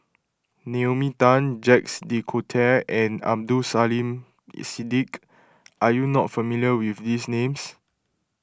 Naomi Tan Jacques De Coutre and Abdul Siddique are you not familiar with these names